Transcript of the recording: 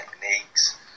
techniques